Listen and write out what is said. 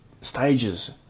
stages